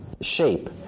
shape